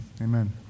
amen